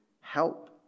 help